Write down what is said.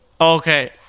Okay